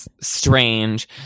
strange